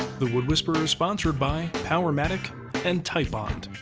the wood whisperer is sponsored by powermatic and titebond.